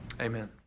Amen